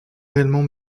réellement